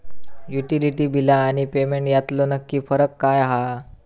Utility बिला आणि payment यातलो नक्की फरक काय हा?